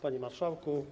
Panie Marszałku!